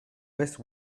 best